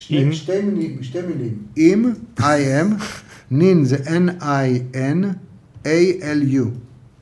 ‫שתי מילים, שתי מילים. ‫עם, איי-אם, נין, זה אן-איי-אן, איי-אל-יו.